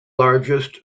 largest